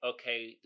okay